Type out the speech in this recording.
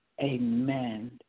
amen